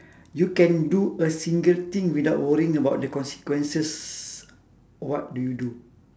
you can do a single thing without worrying about the consequences what do you do